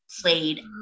played